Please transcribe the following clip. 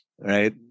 right